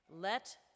Let